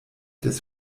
des